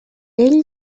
ell